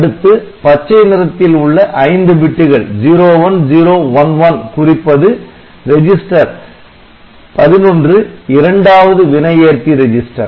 அடுத்து பச்சை நிறத்தில் உள்ள 5 பிட்டுகள் 01011 குறிப்பது ரெஜிஸ்டர் 11 இரண்டாவது வினை ஏற்பி ரெஜிஸ்டர்